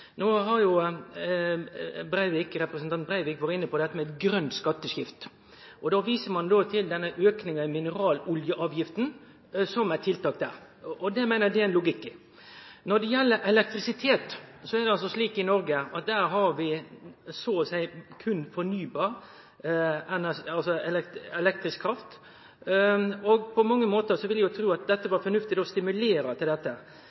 No har representanten Breivik vore inne på dette med eit grønt skatteskifte. Då viser han til aukinga i mineraloljeavgifta som eit tiltak der. Det meiner eg det er ein logikk i. Når det gjeld elektrisitet, er det slik i Noreg at vi så å seie berre har fornybar elektrisk kraft. På mange måtar vil eg tru at det ville vore fornuftig å stimulere til dette,